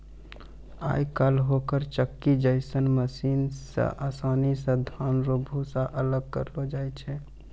आय काइल होलर चक्की जैसन मशीन से आसानी से धान रो भूसा अलग करलो जाय छै